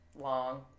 Long